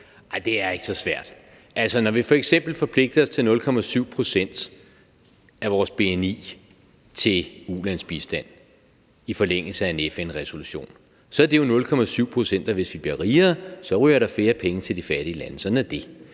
(V): Det er ikke så svært. Altså, da vi f.eks. forpligtede os til 0,7 pct. af vores bni til ulandsbistand i forlængelse af en FN-resolution, er det jo 0,7 pct., og hvis vi bliver rigere, ryger der flere penge til de fattige lande – sådan er det.